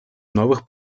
новых